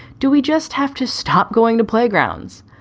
do we just have to stop going to playgrounds?